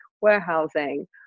warehousing